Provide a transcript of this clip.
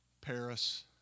Paris